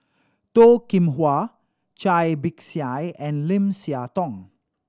Toh Kim Hwa Cai Bixia and Lim Siah Tong